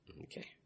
Okay